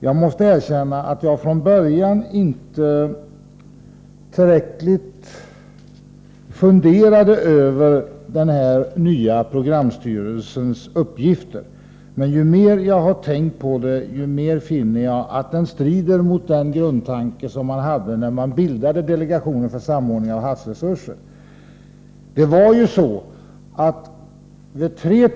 Jag måste erkänna att jag från början inte tillräckligt funderade över den nya programstyrelsens uppgifter, men ju mer jag har tänkt på saken, desto mer finner jag att dess inrättande strider mot den grundtanke man hade när man bildade delegationen för samordning av havsresursverksamheten.